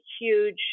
huge